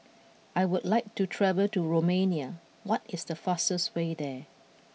I would like to travel to Romania what is the fastest way there